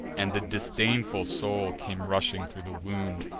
and the disdainful soul came rushing thro' the wound.